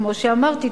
כמו שאמרתי,